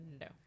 no